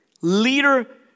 leader